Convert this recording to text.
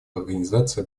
организации